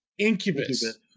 incubus